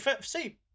see